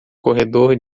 corredor